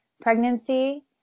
pregnancy